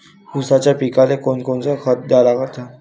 ऊसाच्या पिकाले कोनकोनचं खत द्या लागन?